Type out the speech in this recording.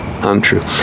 untrue